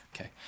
Okay